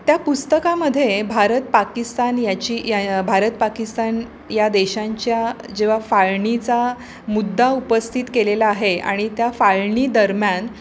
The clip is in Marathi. त्या पुस्तकामध्ये भारत पाकिस्तान याची या भारत पाकिस्तान या देशांच्या जेव्हा फाळणीचा मुद्दा उपस्थित केलेला आहे आणि त्या फाळणीदरम्यान